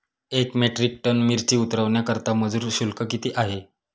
एक metric ton मिरची उतरवण्याकरता मजूर शुल्क किती आहे?